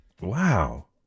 Wow